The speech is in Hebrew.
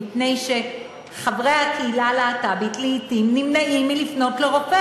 מפני שחברי הקהילה הלהט"בית לעתים נמנעים מלפנות לרופא